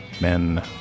Men